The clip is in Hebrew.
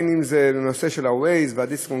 בין אם זה ה-Waze והדיסק-און-קי,